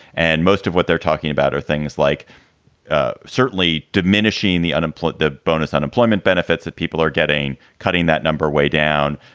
and most of what they're talking about are things like ah certainly diminishing the unemployed, the bonus unemployment benefits that people are getting. cutting that number way down.